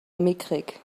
mickrig